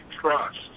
trust